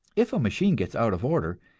if a machine gets out of order,